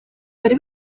bari